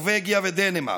נורבגיה ודנמרק.